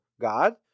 God